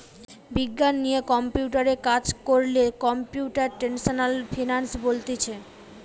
বিজ্ঞান দিয়ে কম্পিউটারে কাজ কোরলে কম্পিউটেশনাল ফিনান্স বলতিছে